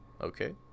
okay